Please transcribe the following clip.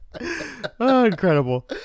Incredible